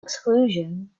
exclusion